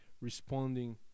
responding